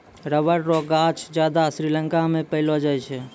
rubber रो गांछ ज्यादा श्रीलंका मे पैलो जाय छै